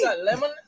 lemon